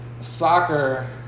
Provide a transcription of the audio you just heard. soccer